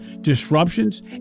disruptions